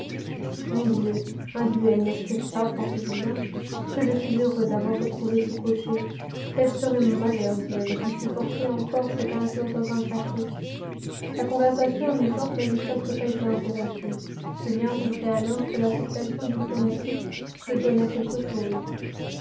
mon dieu un duel n'est-ce que ça pensait julien que je suis heureux d'avoir retrouvé ce cocher quel serait mon malheur si j'avais dû supporter encore cette injure dans un café la conversation amusante n'avait presque pas été interrompue julien comprit alors que l'affectation diplomatique est bonne à quelque chose